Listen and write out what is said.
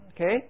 okay